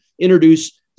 introduce